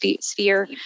sphere